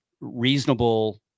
reasonable